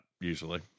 usually